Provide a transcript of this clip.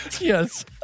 yes